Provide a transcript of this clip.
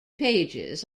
pages